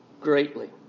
greatly